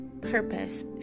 purpose